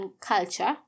culture